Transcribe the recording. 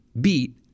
beat